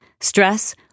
Stress